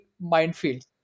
minefield